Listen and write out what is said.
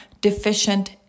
deficient